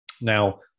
Now